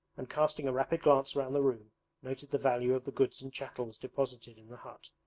and casting a rapid glance round the room noted the value of the goods and chattels deposited in the hut,